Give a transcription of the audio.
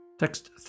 Text